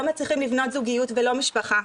לא מצליחים לבנות זוגיות ולא משפחה.